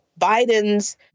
Biden's